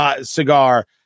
cigar